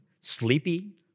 sleepy